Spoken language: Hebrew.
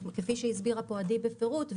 כפי שהסבירה עדי בפירוט,